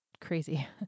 crazy